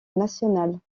nationale